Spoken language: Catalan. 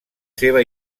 seva